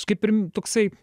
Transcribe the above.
kaip ir toksai